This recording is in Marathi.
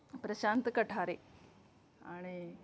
प्रशांत कठारे आणि